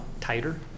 tighter